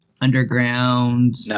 underground